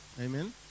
Amen